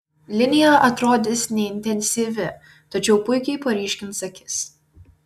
linija atrodys neintensyvi tačiau puikiai paryškins akis